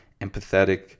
empathetic